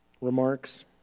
remarks